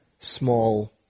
small